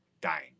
dying